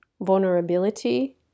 vulnerability